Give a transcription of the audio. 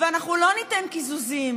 אנחנו לא ניתן קיזוזים